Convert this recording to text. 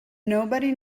nobody